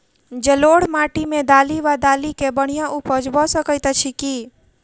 जलोढ़ माटि मे दालि वा दालि केँ बढ़िया उपज भऽ सकैत अछि की?